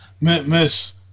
miss